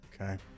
Okay